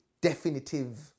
definitive